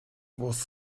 was